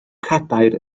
cadair